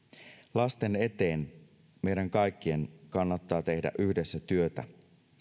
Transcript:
lasten eteen meidän kaikkien kannattaa tehdä yhdessä työtä